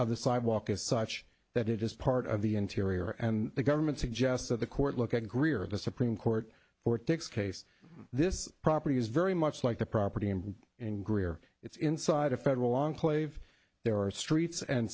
of the sidewalk is such that it is part of the interior and the government suggests that the court look at greer the supreme court or takes case this property is very much like the property and in greer it's inside a federal long plave there are streets and